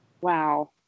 wow